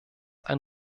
ein